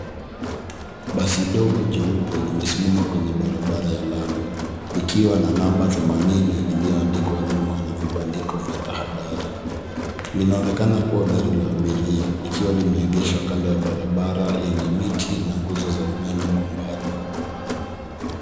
Basi dogo jeupe limesimama kwenye barabara ya lami likiwa na namba themanini iliyoadikwa nyuma na vibandiko vya tahadhari, linaonekana kuwa gari la abiria likiwa limeegeshwa kando ya barabara yenye miti na nguzo za umeme kwa mbali.